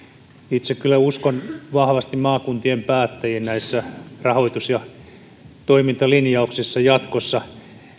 itse kyllä uskon vahvasti maakuntien päättäjiin näissä rahoitus ja toimintalinjauksissa jatkossa